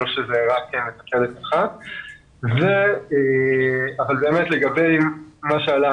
לגבי מה שעלה,